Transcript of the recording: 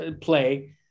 play